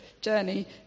journey